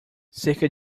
cerca